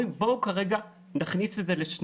ואומרים: בואו כרגע נכניס את זה לשנתיים